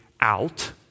out